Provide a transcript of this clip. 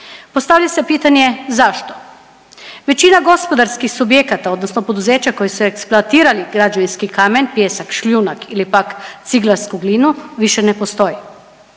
Postavlja se pitanje zašto? Većina gospodarskih subjekata, odnosno poduzeća koji su eksploatirali građevinski kamen, pijesak, šljunak ili pak ciglarsku glinu više ne postoji.